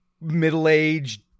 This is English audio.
middle-aged